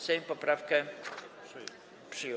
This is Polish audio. Sejm poprawkę przyjął.